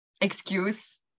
excuse